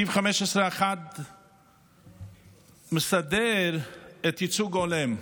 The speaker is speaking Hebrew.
סעיף 15א מסדר את הייצוג ההולם.